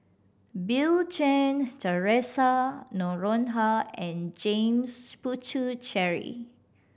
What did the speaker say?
Bill Chen Theresa Noronha and James Puthucheary